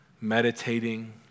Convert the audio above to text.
meditating